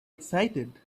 excited